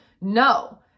No